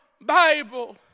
Bible